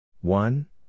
One